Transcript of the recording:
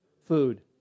Food